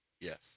Yes